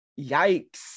Yikes